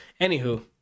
Anywho